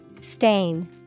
Stain